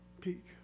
peak